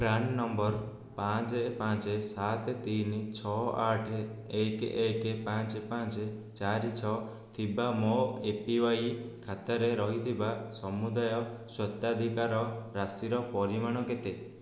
PRAN number ପାଞ୍ଚ ପାଞ୍ଚ ସାତ ତିନି ଛଅ ଆଠ ଏକ ଏକ ପାଞ୍ଚ ପାଞ୍ଚ ଚାରି ଛଅ ଥିବା ମୋ ଏ ପି ୱାଇ ଖାତାରେ ରହିଥିବା ସମୁଦାୟ ସ୍ୱତ୍ୱାଧିକାର ରାଶିର ପରିମାଣ କେତେ